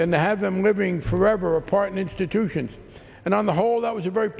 to have them living forever apart in institutions and on the whole that was a very